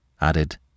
added